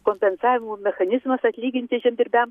kompensavimo mechanizmas atlyginti žemdirbiam